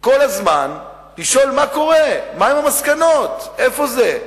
כל הזמן לשאול מה קורה, מה עם המסקנות, איפה זה,